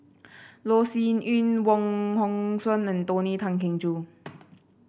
Loh Sin Yun Wong Hong Suen and Tony Tan Keng Joo